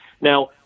Now